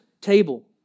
table